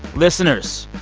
listeners,